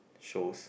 shows